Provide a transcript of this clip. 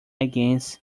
against